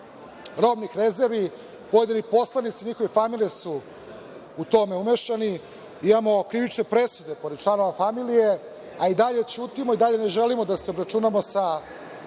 robnih rezervi. Pojedini poslanici i njihove familije su u to umešani. Imamo krivične presude protiv članova familije, a i dalje ćutimo i dalje ne želimo da se obračunamo sa